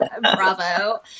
bravo